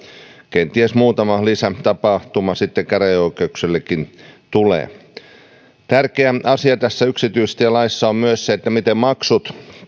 kenties muutama lisätapahtuma sitten käräjäoikeuksillekin tulee tärkeä asia tässä yksityistielaissa on myös se miten maksut